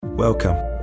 welcome